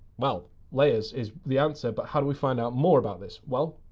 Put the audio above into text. well, layers is the answer, but how do we find out more about this? well,